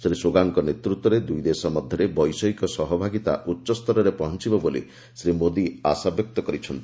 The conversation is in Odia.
ଶ୍ରୀ ସୁଗାଙ୍କ ନେତୃତ୍ୱରେ ଦୁଇଦେଶ ମଧ୍ୟରେ ବୈଷୟିକ ସହଭାଗିତା ଉଚ୍ଚସ୍ତରରେ ପହଞ୍ଚୁବ ବୋଲି ଶ୍ରୀ ମୋଦୀ ଆଶାବ୍ୟକ୍ତ କରିଛନ୍ତି